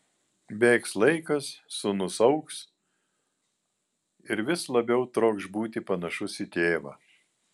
bėgs laikas sūnus augs ir vis labiau trokš būti panašus į tėvą